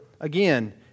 again